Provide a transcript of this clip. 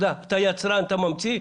אתה יצרן וממציא,